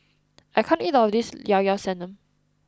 I can't eat all of this Llao Llao Sanum